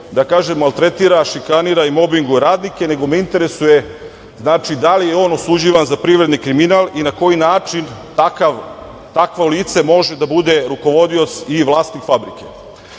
samo što maltretira, šikanira i mobinguje radnike, nego me interesuje da li je on osuđivan za privredni kriminal i na koji način takvo lice može da bude rukovodilac i vlasnik fabrike. Što